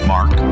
Mark